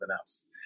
else